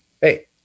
Hey